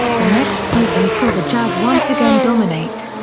the next season saw the jazz once again dominate.